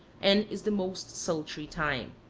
and is the most sultry time.